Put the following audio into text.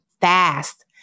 fast